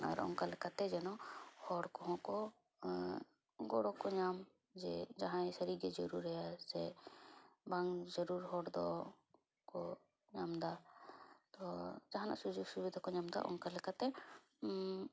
ᱟᱨ ᱚᱱᱠᱟ ᱞᱮᱠᱟᱛᱮ ᱡᱮᱱᱚ ᱦᱚᱲ ᱠᱚᱦᱚᱸ ᱠᱚ ᱜᱚᱲᱚ ᱠᱚ ᱧᱟᱢ ᱡᱮ ᱡᱟᱦᱟᱸᱭ ᱥᱟᱹᱨᱤᱜᱮ ᱡᱟᱹᱨᱩᱲᱟᱭᱟ ᱥᱮ ᱵᱟᱝ ᱡᱟᱹᱨᱩᱲ ᱦᱚᱲ ᱫᱚᱠᱚ ᱧᱟᱢᱮᱫᱟ ᱛᱳ ᱡᱟᱦᱟᱸᱱᱟᱜ ᱥᱩᱡᱳᱜ ᱥᱩᱵᱤᱫᱷᱟ ᱠᱚ ᱧᱟᱢᱮᱫᱟ ᱚᱱᱠᱟ ᱞᱮᱠᱟᱛᱮ